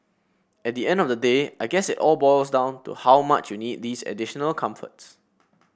at the end of the day I guess it all boils down to how much you need these additional comforts